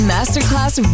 Masterclass